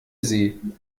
sie